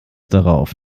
darauf